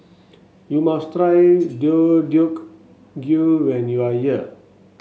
you must try Deodeok Gui when you are here